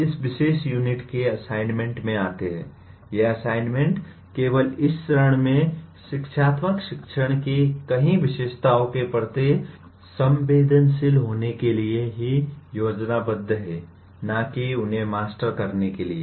अब इस विशेष यूनिट के असाइनमेंट में आते हैं ये असाइनमेंट केवल इस चरण में शिक्षात्मक शिक्षण की कई विशेषताओं के प्रति संवेदनशील होने के लिए ही योजनाबद्ध हैं ना कि उन्हें मास्टर करने के लिए